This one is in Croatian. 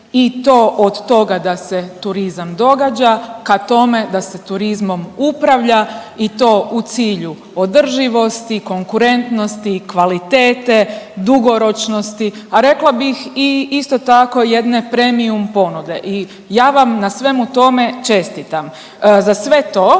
i to od toga da se turizam događa ka tome da se turizmom upravlja i to u cilju održivosti, konkurentnosti, kvalitete, dugoročnosti, a rekla bih i isto tako jedne premium ponude. I ja vam na svemu tome čestitam. Za sve to